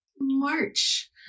March